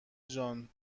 جان